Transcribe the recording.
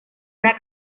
una